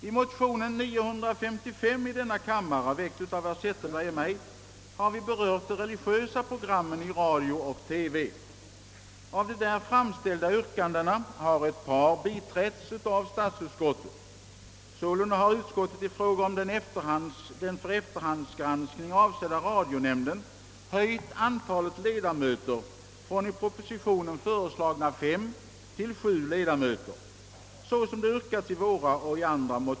I motion II: 955 — väckt av herr Zetterberg och mig och likalydande med motion I: 783 — behandlas de religiösa programmen i radio och TV. Av de där framställda yrkandena har ett par biträtts av statsutskottet. Sålunda har utskottet i fråga om den för efterhandsgranskning avsedda radionämnden höjt antalet ledamöter från i propositionen föreslagna fem till sju.